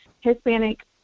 Hispanic